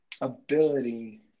ability